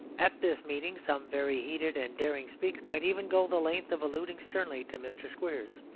at this meeting some very heated and daring speakers might even go the length of alluding sternly to mr. squeers.